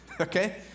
Okay